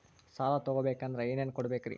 ಸಾಲ ತೊಗೋಬೇಕಂದ್ರ ಏನೇನ್ ಕೊಡಬೇಕ್ರಿ?